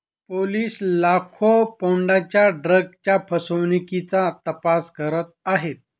police लाखो पौंडांच्या ड्रग्जच्या फसवणुकीचा तपास करत आहेत